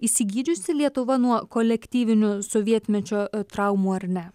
išsigydžiusi lietuva nuo kolektyvinių sovietmečio traumų ar ne